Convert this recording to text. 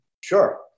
Sure